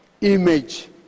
image